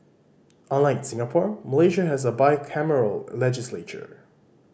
unlike Singapore Malaysia has a bicameral legislature